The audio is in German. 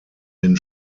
den